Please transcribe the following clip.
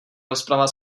rozprava